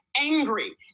angry